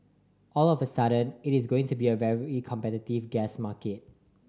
all of a sudden it is going to be a very competitive gas market